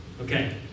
Okay